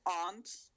aunt